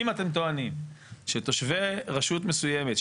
אם אתם טוענים שתושבי רשות מסוימת,